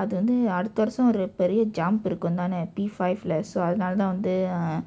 அது வந்து அடுத்த வருடம் ஒரு பெரிய:vanthu athu vandthu aduththa varudam oru periya jump இருக்கும் தானே:irukkum thaanee P five இல்லை:illai so அதனால தான் வந்து:athanaala thaan vandthu err